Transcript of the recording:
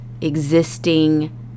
existing